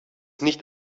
nicht